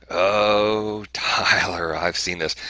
oh, tyler. i've seen this.